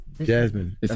Jasmine